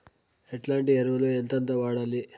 ఎట్లాంటి ఎరువులు ఎంతెంత వాడాలి?